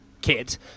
kit